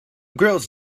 girls